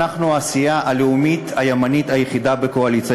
שאנחנו הסיעה הלאומית הימנית היחידה בקואליציה,